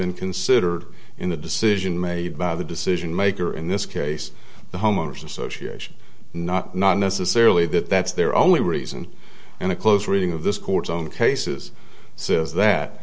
been considered in the decision made by the decision maker in this case the homeowners association not not necessarily that that's their only reason and a close reading of this court's own cases says that